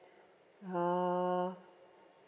uh